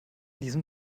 diesem